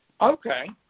Okay